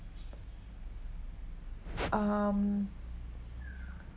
um